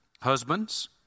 Husbands